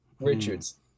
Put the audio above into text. Richards